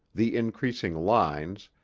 the increasing lines,